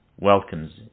welcomes